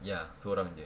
ya sorang jer